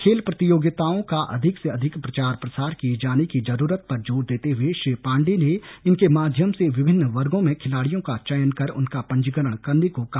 खेल प्रतियोगिताओं का अधिक से अधिक प्रचार प्रसार किए जाने की जरूरत पर जोर देते हुए श्री पाण्डेय ने इनके माध्यम से विभिन्न वर्गों में खिलाड़ियों का चयन कर उनका पंजीकरण करने को कहा